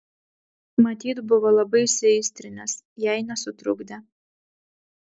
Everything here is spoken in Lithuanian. matyt buvo labai įsiaistrinęs jei nesutrukdė